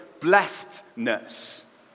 blessedness